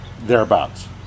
thereabouts